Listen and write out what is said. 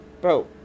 bro